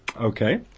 Okay